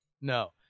no